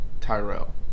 Tyrell